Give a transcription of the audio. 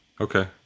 Okay